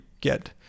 get